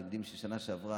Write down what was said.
אתם יודעים שבשנה שעברה,